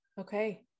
Okay